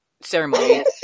ceremony